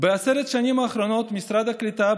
בעשר השנים האחרונות משרד הקליטה,